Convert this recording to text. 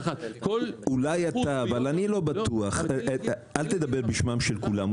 אל תדבר בשמם של כולם.